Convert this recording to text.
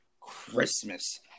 Christmas